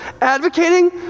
Advocating